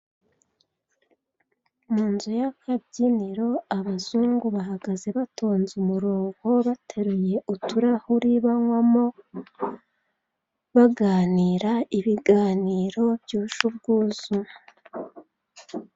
Mu nzu y'akabyiniro abazungu bahagaze batonze umurongo, bateruye uturahuri banywamo baganira ibiganiro byuje ubwuzu.